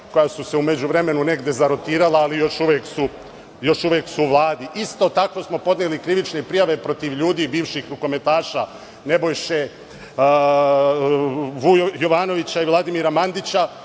koja su se u međuvremenu negde zarotirala, ali još uvek su u vladi. Isto tako smo podneli krivične prijave protiv ljudi, bivših rukometaša, Nebojše Jovanovića i Vladimira Mandića